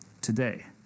Today